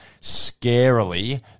scarily